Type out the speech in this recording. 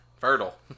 fertile